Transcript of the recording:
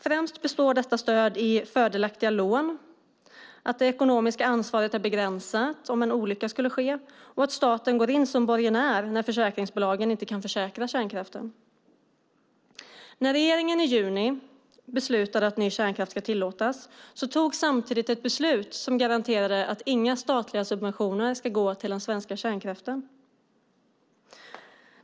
Främst består detta stöd av fördelaktiga lån, av att det ekonomiska ansvaret är begränsat om en olycka skulle ske och av att staten går in som borgenär när försäkringsbolagen inte kan försäkra kärnkraften. När riksdagen i juni beslutade att ny kärnkraft ska tillåtas fattades samtidigt ett beslut som garanterade att inga statliga subventioner ska gå till den svenska kärnkraften.